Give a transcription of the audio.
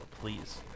please